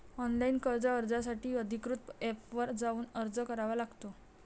online कर्ज अर्जासाठी अधिकृत एपवर जाऊन अर्ज करावा लागतो